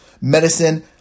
medicine